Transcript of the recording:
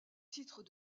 titres